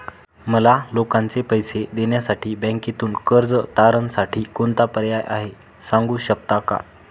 मला लोकांचे पैसे देण्यासाठी बँकेतून कर्ज तारणसाठी कोणता पर्याय आहे? सांगू शकता का?